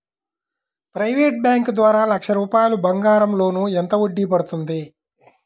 Private bank ద్వారా లక్ష రూపాయలు బంగారం లోన్ ఎంత వడ్డీ పడుతుంది?